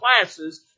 classes